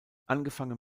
angefangen